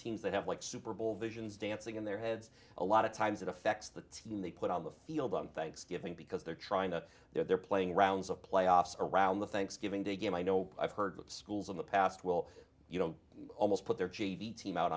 teams that have like super bowl visions dancing in their heads a lot of times it affects the team they put on the field on thanksgiving because they're trying to they're playing rounds of playoffs around the thanksgiving day game i know i've heard that schools in the past well you don't almost put their g b team out